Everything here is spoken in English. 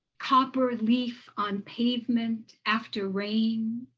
copper leaf on pavement after rain.